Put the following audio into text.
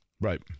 Right